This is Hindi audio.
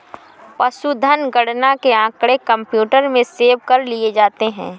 पशुधन गणना के आँकड़े कंप्यूटर में सेव कर लिए जाते हैं